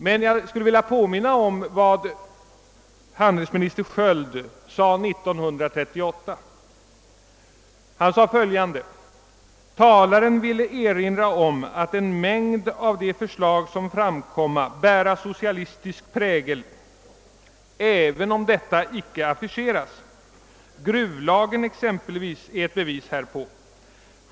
Men jag skulle vilja påminna om vad dåvarande handelsministern Sköld sade 1938: »Talaren ville erinra om att en mängd av de förslag som framkomma, bära socialistisk prägel även om detta icke direkt affischeras. Gruvlagen exempelvis är ett bevis härpå.